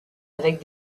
avec